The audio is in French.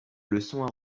leçon